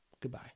Goodbye